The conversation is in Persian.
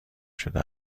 شده